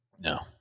no